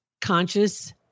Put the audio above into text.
conscious